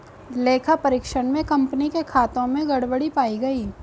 लेखा परीक्षण में कंपनी के खातों में गड़बड़ी पाई गई